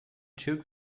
took